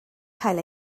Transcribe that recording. cael